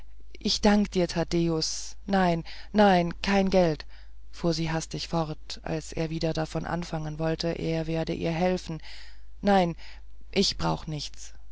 ich dank dir thaddäus nein nein kein geld fuhr sie hastig fort als er wieder davon anfangen wollte er werde ihr helfen nein ich brauch nichts